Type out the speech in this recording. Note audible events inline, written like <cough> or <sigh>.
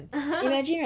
<laughs>